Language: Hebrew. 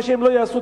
מה שהם לא יעשו,